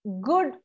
good